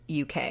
uk